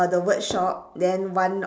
the word shop then one